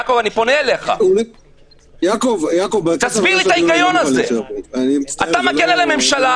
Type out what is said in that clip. אתה לא בתוך הממשלה,